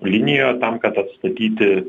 linijoje tam kad atstatyti